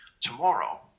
tomorrow